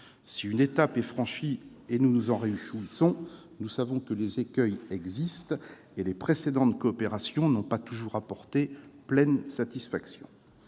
Si une étape est franchie, et nous nous en réjouissons, nous savons également que les écueils existent, les précédentes coopérations n'ayant pas toujours apporté pleine satisfaction.